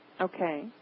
Okay